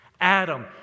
Adam